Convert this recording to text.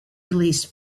released